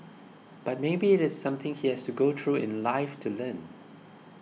but maybe it is something he has to go through in life to learn